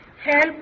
help